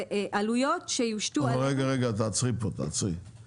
זה עלויות שהושתו על -- רגע, תעצרי פה, תעצרי.